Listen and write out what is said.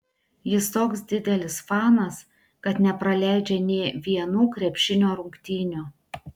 jis toks didelis fanas kad nepraleidžia nė vienų krepšinio rungtynių